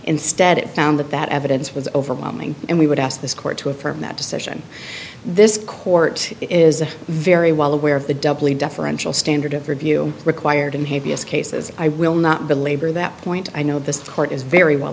instead it found that that evidence was overwhelming and we would ask this court to affirm that decision this court is a very well aware of the doubly deferential standard of review required in hay vs cases i will not belabor that point i know the court is very well